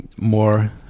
more